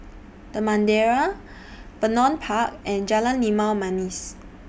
The Madeira Vernon Park and Jalan Limau Manis